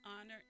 honor